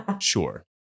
sure